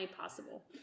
possible